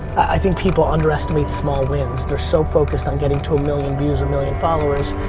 i think people under estimate small wins. they're so focused on getting to a million views, a million followers,